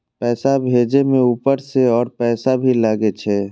पैसा भेजे में ऊपर से और पैसा भी लगे छै?